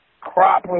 crop